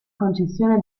concessione